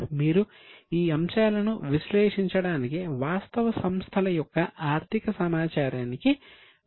మీరు ఈ అంశాలను విశ్లేషించడానికి వాస్తవ సంస్థల యొక్క ఆర్థిక సమాచారానికి ఉపయోగించాలి